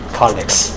colleagues